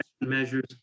measures